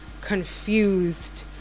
confused